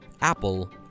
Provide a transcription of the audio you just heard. Apple